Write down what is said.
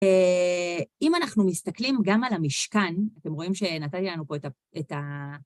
אם אנחנו מסתכלים גם על המשכן, אתם רואים שנתן לנו פה את ה...